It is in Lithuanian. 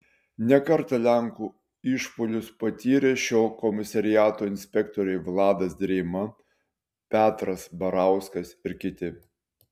ne kartą lenkų išpuolius patyrė šio komisariato inspektoriai vladas drėma petras barauskas ir kiti